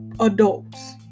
adults